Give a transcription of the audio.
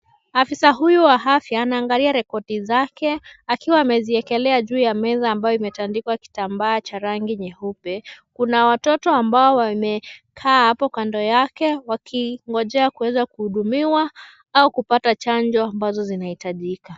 Afisa huyu wa afya, anaangalia rekodi zake akiwa amejiekelea juu ya meza ambayo imetandikwa kitambaa cha rangi nyeupe. Kuna watoto ambao wamekaa hapo kando yake wakingojea kuweza kuhudumiwa au kupata chanjo ambazo zinahitajika.